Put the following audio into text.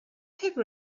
have